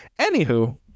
Anywho